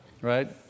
Right